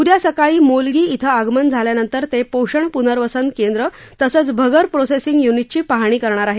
उदया सकाळी मोलगीइथं आगमन झाल्यानंतर ते पोषण पूर्नवसन केंद्र तसंच भगर प्रोसेसिंग य्निटची पाहणी करणार आहेत